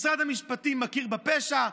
משרד המשפטים מכיר בפשע,